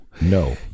No